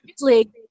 League